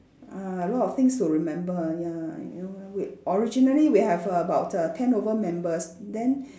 ah a lot of things to remember ya you know we originally we have about err ten over members then